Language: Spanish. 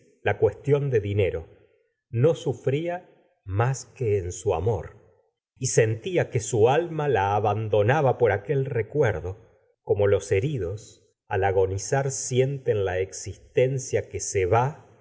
la cuestión de dinero no sufría más que en su amor y sentía que su alma la abandonaba por aquel recuerdo como los heridos al agonizar sienten la existencia que se va